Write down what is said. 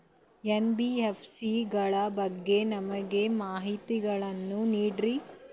NBFC ಗಳ ಬಗ್ಗೆ ನಮಗೆ ಮಾಹಿತಿಗಳನ್ನ ನೀಡ್ರಿ?